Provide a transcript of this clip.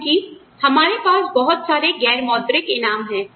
क्योंकि हमारे पास बहुत सारे गैर मौद्रिक इनाम है